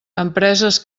empreses